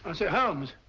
and say holmes,